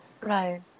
Right